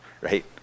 right